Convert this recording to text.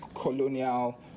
colonial